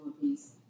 piece